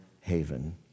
haven